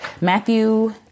Matthew